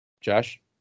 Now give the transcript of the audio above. Josh